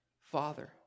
father